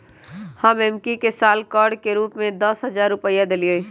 हम एम्की के साल कर के रूप में दस हज़ार रुपइया देलियइ